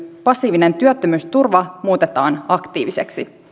passiivinen työttömyysturva muutetaan aktiiviseksi